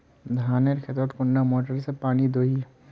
धानेर खेतोत कुंडा मोटर दे पानी दोही?